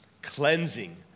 cleansing